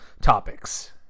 topics